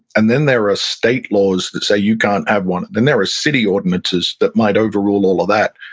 and then there are ah state laws that say you can't have one, then there are city ordinances that might overrule all of that.